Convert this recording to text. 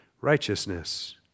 righteousness